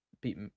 beat